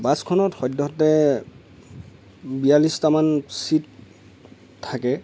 বাছখনত সদ্যহতে বিয়াল্লিছটা মান ছিট থাকে